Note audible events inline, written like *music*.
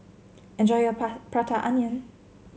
enjoy your *unintelligible* Prata Onion